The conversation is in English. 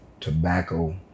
tobacco